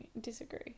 disagree